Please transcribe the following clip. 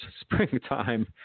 springtime